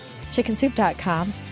chickensoup.com